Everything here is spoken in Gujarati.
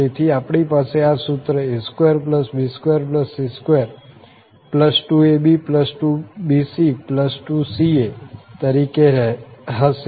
તેથી આપણી પાસે આ સૂત્ર a2b2c22ab2ac2bc તરીકે હશે